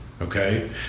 okay